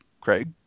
Craig